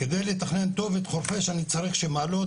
כדי לתכנן טוב את חורפיש אני צריך שמעלות,